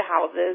houses